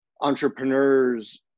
entrepreneurs